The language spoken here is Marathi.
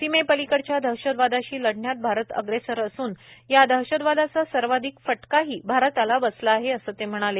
सीमेपलीकडच्या दहशतवादाशी लढण्यात भारत अग्रेसर असून या दहशतवादाचा सर्वाधिक फटकाही भारताला बसला आहे असं ते म्हणाले